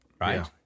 right